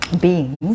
beings